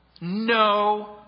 No